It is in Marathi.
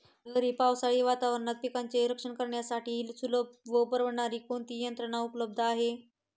लहरी पावसाळी वातावरणात पिकांचे रक्षण करण्यासाठी सुलभ व परवडणारी कोणती यंत्रणा उपलब्ध आहे?